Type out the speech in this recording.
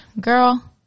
Girl